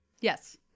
Yes